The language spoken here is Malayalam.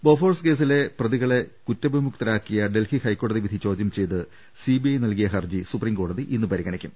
ബൊഫേഴ്സ് കേസിലെ പ്രതികളെ കുറ്റവിമുക്തരാക്കിയ ഡൽഹി ഹൈക്കോടതി വിധി ചോദ്യം ചെയ്ത് സിബിഐ നൽകിയ ഹർജി സുപ്രീംകോടതി ഇന്ന് പരിഗണിക്കും